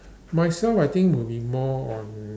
myself I think would be more on